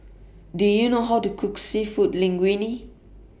Do YOU know How to Cook Seafood Linguine